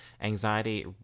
anxiety